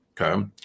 Okay